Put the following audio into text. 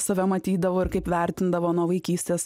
save matydavo ir kaip vertindavo nuo vaikystės